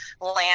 land